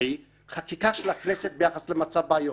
רועי חקיקה של הכנסת ביחס למצב באיו"ש.